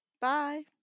Bye